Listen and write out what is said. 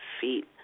feet